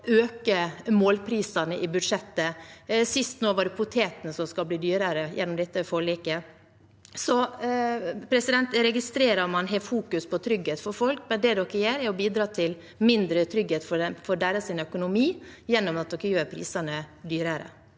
øke målprisene i budsjettet. Nå sist var det potetene som skal bli dyrere gjennom dette forliket. Jeg registrerer at man fokuserer på trygghet for folk, men det Senterpartiet gjør, er å bidra til mindre trygghet for deres økonomi gjennom at de gjør prisene dyrere.